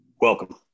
Welcome